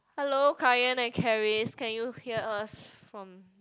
hello Kai Yan and Carris can you hear us from